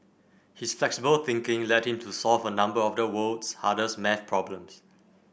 his flexible thinking led him to solve a number of the world's hardest maths problems